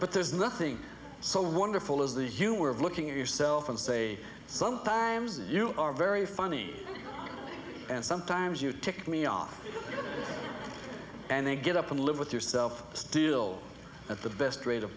but there's nothing so wonderful as the humor of looking at yourself and say sometimes you are very funny and sometimes you tick me off and they get up and live with yourself still at the best rate of